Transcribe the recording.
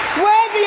worthy